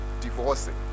divorcing